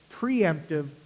preemptive